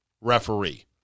referee